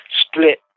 split